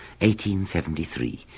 1873